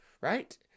right